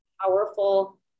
powerful